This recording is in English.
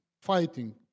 fighting